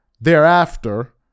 thereafter